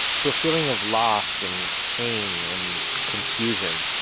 to a feeling of loss, and pain, and confusion.